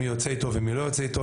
מי יוצא איתו ומי לא יוצא איתו,